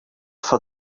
for